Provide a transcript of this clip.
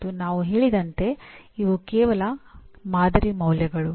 ಮತ್ತು ನಾವು ಹೇಳಿದಂತೆ ಇವು ಕೇವಲ ಮಾದರಿ ಮೌಲ್ಯಗಳು